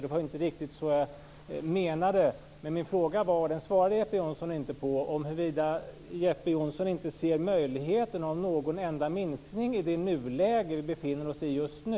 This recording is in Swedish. Det var inte riktigt så jag menade. Min fråga var - och den svarade inte Jeppe Johnsson på - om inte Jeppe Johnsson ser möjligheten till någon enda minskning i det läge vi befinner oss just nu.